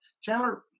Chandler